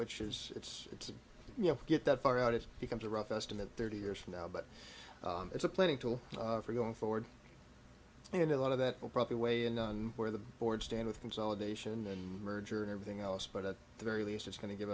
which is it's it's you know get that far out it becomes a rough estimate thirty years from now but it's a planning tool for going forward and a lot of that will probably weigh in on where the board stand with them solid nation and merger and everything else but at the very least it's going to give